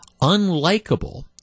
unlikable